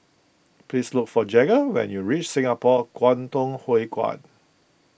please look for Jagger when you reach Singapore Kwangtung Hui Kuan